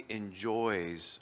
enjoys